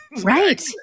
Right